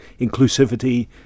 inclusivity